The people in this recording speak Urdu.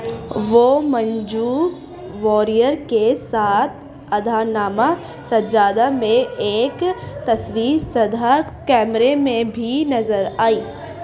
وہ منجو واریر کے ساتھ ادھار نامہ سجادہ میں ایک تصویر سدھا کیمرہ میں بھی نظر آئی